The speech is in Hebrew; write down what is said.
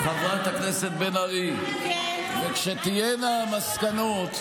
חברת הכנסת בן ארי, כשתהיינה המסקנות,